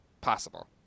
possible